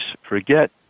forget